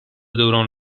دوران